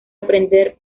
aprender